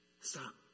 Stop